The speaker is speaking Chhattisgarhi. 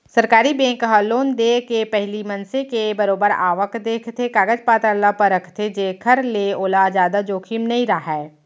सरकारी बेंक ह लोन देय ले पहिली मनसे के बरोबर आवक देखथे, कागज पतर ल परखथे जेखर ले ओला जादा जोखिम नइ राहय